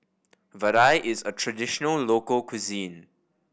vadai is a traditional local cuisine